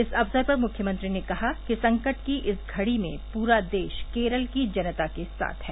इस अवसर पर मुख्यमंत्री ने कहा कि संकट की इस घड़ी में पूरा देश केरल की जनता के साथ है